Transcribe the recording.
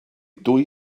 dwy